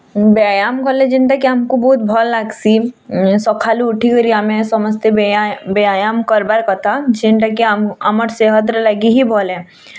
ବ୍ୟାୟାମ୍ କଲେ ଯେନ୍ତା କି ଆମକୁ ବହୁତ ଭଲ୍ ଲାଗ୍ସି ସକାଳୁ ଉଠି କରି ଆମେ ସମସ୍ତେ ବ୍ୟାୟାମ୍ କର୍ବାର୍ କଥା ଯେନ୍ତା କି ଆମର ସେହତ୍ ଲାଗି ଭଲହେ